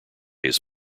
his